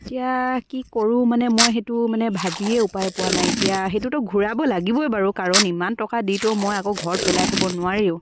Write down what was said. এতিয়া কি কৰোঁ মানে মই সেইটো মানে ভাবিয়ে উপায় পোৱা নাই এতিয়া সেইটোতো ঘূৰাব লাগিবই বাৰু কাৰণ ইমান ইমান টকা দিতো মই আকৌ ঘৰত পেলাই থ'ব নোৱাৰিও